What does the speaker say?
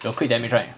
有 crit damage right